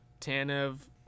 Tanev